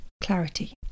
clarity